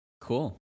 cool